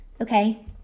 Okay